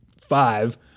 five